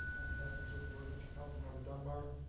on passage of the ordinance, councilmember dunbar.